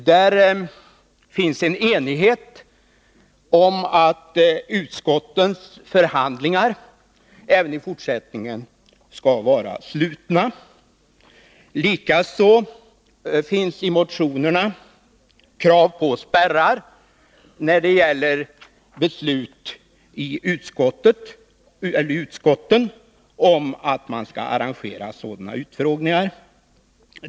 Det råder enighet om att utskottens förhandlingar även i fortsättningen skall vara slutna. Likaså finns i motionerna krav på spärrar när det gäller beslut i utskotten om att man skall arrangera sådana utfrågningar.